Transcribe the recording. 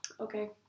okay